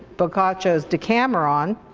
boccaccio's decameron,